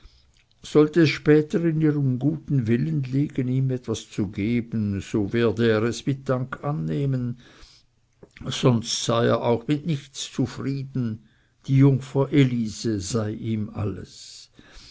sollte es später in ihrem guten willen liegen ihm etwas zu geben so werde er es mit dank annehmen sonst sei er mit nichts auch zufrieden die jungfer elise sei ihm alles